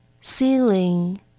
ceiling